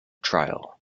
trial